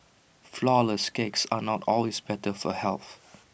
Flourless Cakes are not always better for health